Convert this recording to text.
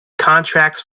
contracts